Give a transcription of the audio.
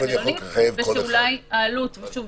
ושאולי העלות ושוב,